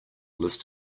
list